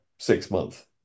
six-month